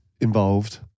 involved